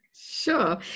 Sure